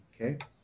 Okay